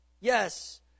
yes